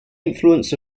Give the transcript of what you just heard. influence